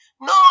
no